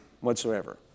whatsoever